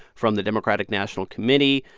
from the democratic national committee.